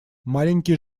маленькие